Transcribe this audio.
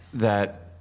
that.